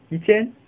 一千